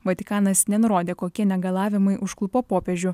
vatikanas nenurodė kokie negalavimai užklupo popiežių